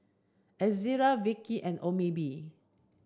Ezerra Vichy and Obimin